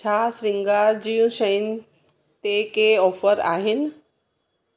छा श्रंगारु जूं शयुनि ते कोई ऑफर आहिनि